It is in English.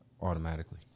automatically